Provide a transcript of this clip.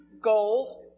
goals